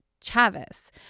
Chavez